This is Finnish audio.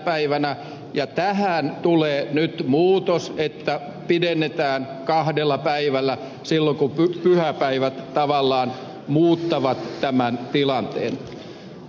päivänä ja tähän tulee nyt muutos niin että pidennetään kahdella päivällä silloin kun pyhäpäivät tavallaan muuttavat tämän tilanteen